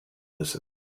listen